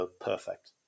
perfect